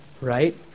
right